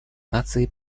наций